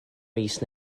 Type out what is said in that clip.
mis